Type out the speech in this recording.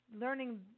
learning